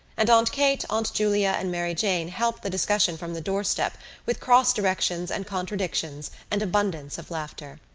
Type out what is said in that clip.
and aunt kate, aunt julia and mary jane helped the discussion from the doorstep with cross-directions and contradictions and abundance of laughter.